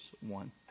one